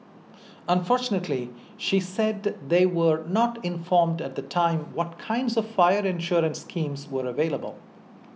unfortunately she said they were not informed at the time what kinds of fire insurance schemes were available